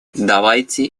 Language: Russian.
давайте